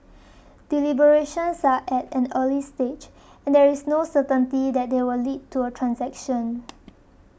deliberations are at an early stage and there is no certainty that they will lead to a transaction